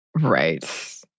Right